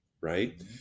right